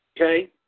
Okay